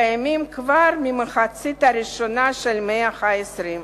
קיימים כבר מהמחצית הראשונה של המאה ה-20.